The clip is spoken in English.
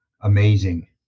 amazing